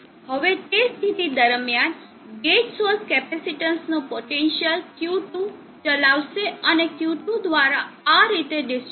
હવે તે સ્થિતિ દરમિયાન ગેટ સોર્સ કેપેસિટેન્સનો પોટેન્સિઅલ Q2 ચલાવશે અને Q2 દ્વારા આ રીતે ડિસ્ચાર્જ થશે